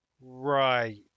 Right